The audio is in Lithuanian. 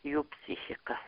jų psichiką